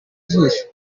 ijisho